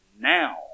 now